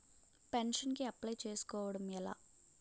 Pension కి apply చేసుకోవడం ఎలా?